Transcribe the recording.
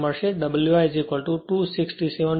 3 vote and W c 950